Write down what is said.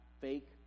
fake